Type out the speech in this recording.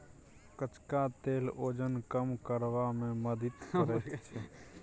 कचका तेल ओजन कम करबा मे मदति करैत छै